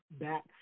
back